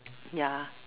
ya